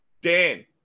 Dan